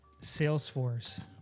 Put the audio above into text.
Salesforce